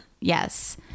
Yes